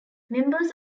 members